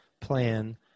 plan